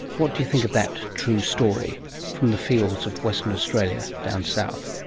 what do you think of that true story from the fields of western australia, down south?